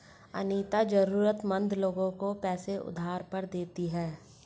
अनीता जरूरतमंद लोगों को पैसे उधार पर देती है